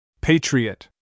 Patriot